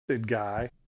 guy